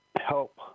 help